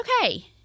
Okay